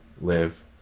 live